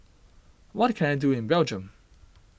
what can I do in Belgium